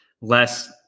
less